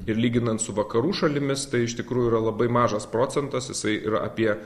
ir lyginant su vakarų šalimis tai iš tikrųjų yra labai mažas procentas jisai yra apie